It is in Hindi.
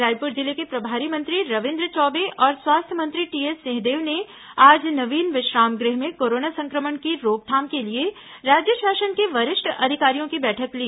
रायपुर जिले के प्रभारी मंत्री रविन्द्र चौबे और स्वास्थ्य मंत्री टीएस सिंहदेव ने आज नवीन विश्राम गृह में कोरोना संक्रमण की रोकथाम के लिए राज्य शासन के वरिष्ठ अधिकारियों की बैठक ली